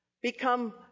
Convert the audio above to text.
become